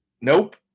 Nope